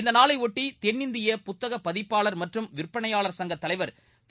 இந்த நாளையொட்டி தென்னிந்திய புத்தக பதிப்பாளர் மற்றும் விற்பனையாளர் சங்கத் தலைவர் திரு